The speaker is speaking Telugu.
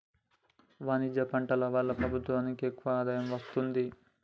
వాణిజ్య పంటల వల్ల ప్రభుత్వానికి ఎక్కువ ఆదాయం వస్తది